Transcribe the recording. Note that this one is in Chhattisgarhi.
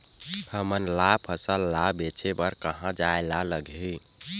हमन ला फसल ला बेचे बर कहां जाये ला लगही?